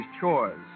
chores